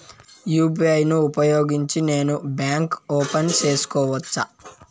UPI ను ఉపయోగించి నేను బ్యాంకు ఓపెన్ సేసుకోవచ్చా?